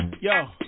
Yo